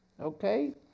Okay